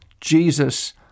Jesus